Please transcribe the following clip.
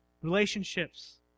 relationships